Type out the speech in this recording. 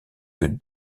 que